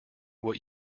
what